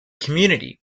community